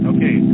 Okay